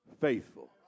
faithful